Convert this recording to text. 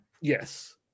Yes